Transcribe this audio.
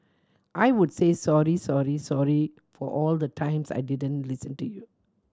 I would say sorry sorry sorry for all the times I didn't listen to you